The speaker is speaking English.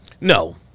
No